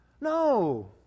No